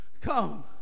come